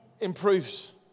improves